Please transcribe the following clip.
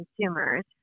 consumers